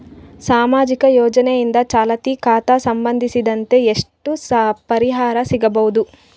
ಸಾಮಾಜಿಕ ಯೋಜನೆಯಿಂದ ಚಾಲತಿ ಖಾತಾ ಸಂಬಂಧಿಸಿದಂತೆ ಎಷ್ಟು ಪರಿಹಾರ ಸಿಗಬಹುದು?